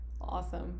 Awesome